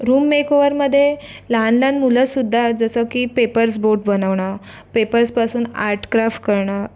room मेकओव्हरमध्ये लहान लहान मुलंसुद्धा जसं की पेपर्स बोट बनवणं पेपर्सपासून आर्ट क्राफ्ट करणं